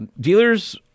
dealers